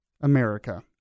America